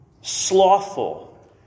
Slothful